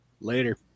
Later